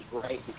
great